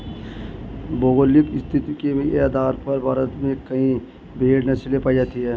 भौगोलिक स्थिति के आधार पर भारत में कई भेड़ नस्लें पाई जाती हैं